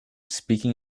speaking